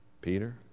Peter